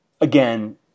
again